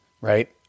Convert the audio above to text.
right